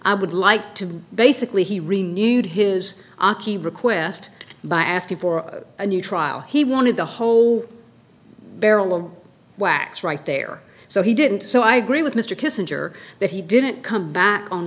i would like to basically he really needed his aki request by asking for a new trial he wanted the whole barrel of wax right there so he didn't so i agree with mr kissinger that he didn't come back on